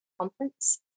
conference